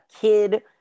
kid